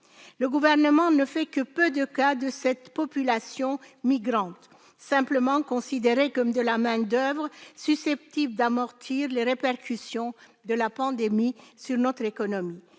Le Gouvernement ne fait que peu de cas de cette population migrante, simplement considérée comme de la main-d'oeuvre susceptible d'amortir les répercussions de la pandémie sur notre économie.